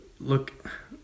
look